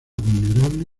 vulnerable